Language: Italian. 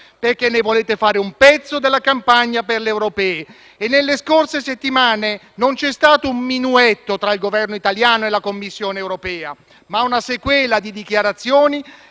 perché ne volete fare un pezzo della campagna per le europee. E nelle scorse settimane non c'è stato un minuetto tra il Governo italiano e la Commissione europea, ma una sequela di dichiarazioni